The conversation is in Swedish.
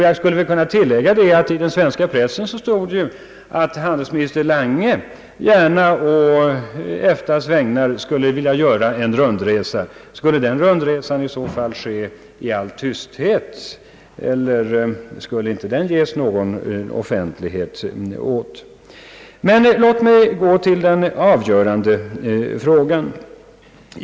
Jag skulle kunna tillägga att det i den svenska pressen har stått att handelsminister Lange gärna Åå EFTA:s vägnar skulle vilja göra en rundresa. Skulle den rundresan i så fall ske i all tysthet och inte ges någon offentlighet? Låt mig gå till den avgörande frågan!